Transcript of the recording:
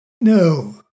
no